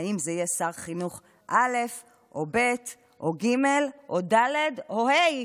האם זה יהיה שר חינוך א' או ב' או ג' או ד' או ה',